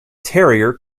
terrier